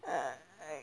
ah